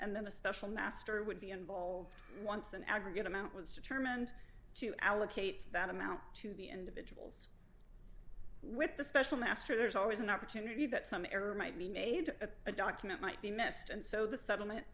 and then a special master would be involved once an aggregate amount was determined to allocate that amount to the individual with the special master there's always an opportunity that some error might be made to a document might be missed and so the settlement